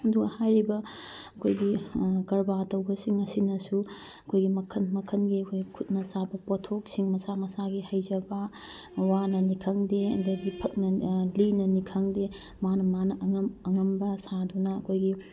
ꯑꯗꯨꯒ ꯍꯥꯏꯔꯤꯕ ꯑꯩꯈꯣꯏꯒꯤ ꯀꯔꯕꯥꯔ ꯇꯧꯕꯁꯤꯡ ꯑꯁꯤꯅꯁꯨ ꯑꯩꯈꯣꯏꯒꯤ ꯃꯈꯜ ꯃꯈꯜꯒꯤ ꯑꯩꯈꯣꯏ ꯈꯨꯠꯅ ꯁꯥꯕ ꯄꯣꯠꯊꯣꯛꯁꯤꯡ ꯃꯁꯥ ꯃꯁꯥꯒꯤ ꯍꯩꯖꯕ ꯋꯥꯅꯅꯤ ꯈꯪꯗꯦ ꯑꯗꯒꯤ ꯐꯛꯅ ꯂꯤꯅꯅꯤ ꯈꯪꯗꯦ ꯃꯥꯅ ꯃꯥꯅ ꯑꯉꯝ ꯑꯉꯝꯕ ꯁꯥꯗꯨꯅ ꯑꯩꯈꯣꯏꯒꯤ